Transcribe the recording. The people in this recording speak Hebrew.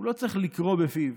הוא לא צריך לקרוא בפיו,